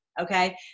Okay